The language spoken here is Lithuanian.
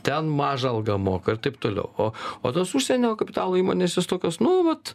ten mažą algą moka ir taip toliau o o tos užsienio kapitalo įmonės jos tokios nu vat